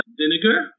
vinegar